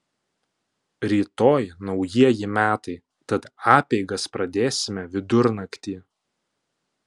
rytoj naujieji metai tad apeigas pradėsime vidurnaktį